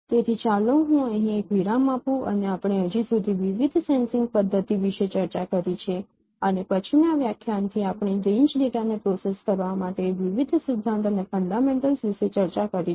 તેથી ચાલો હું અહીં એક વિરામ આપું અને આપણે હજી સુધી વિવિધ સેન્સિંગ પદ્ધતિ વિશે ચર્ચા કરી છે અને પછીના વ્યાખ્યાનથી આપણે રેન્જ ડેટાને પ્રોસેસ કરવા માટે વિવિધ સિદ્ધાંત અને ફંડામેન્ટલ્સ વિશે ચર્ચા કરીશું